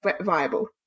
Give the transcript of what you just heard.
viable